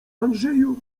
andrzeju